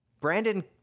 Brandon